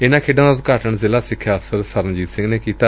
ਇਨੂਾਂ ਖੇਡਾਂ ਦਾ ਉਦਘਾਟਨ ਜ਼ਿਲੁਾ ਸਿਖਿਆ ਅਫਸਰ ਸਰਨਜੀਤ ਸਿੰਘ ਨੇ ਕੀਤਾ